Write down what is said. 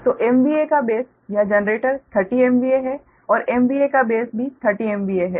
तो MVA का base यह जनरेटर 30 MVA है और MVA का बेस भी 30 MVA है